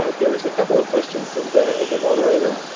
ah there is a couple of questions in the in the moderator.